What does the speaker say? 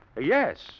yes